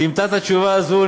תמצא את התשובה הזו,